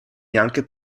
neanche